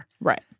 Right